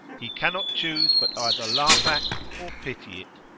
he cannot choose but either laugh at, or pity it.